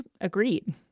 agreed